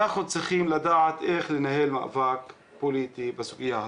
אנחנו צריכים לדעת איך לנהל מאבק פוליטי בסוגיה הזו.